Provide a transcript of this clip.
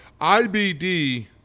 IBD